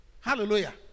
hallelujah